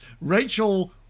Rachel